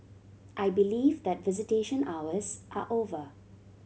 I believe that visitation hours are over